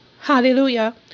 Hallelujah